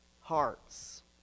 hearts